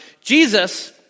Jesus